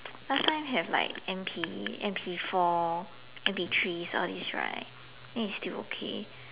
last time have like M_P M_P four M_P three all these right then still okay